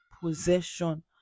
possession